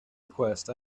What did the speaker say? request